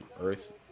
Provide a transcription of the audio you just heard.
earth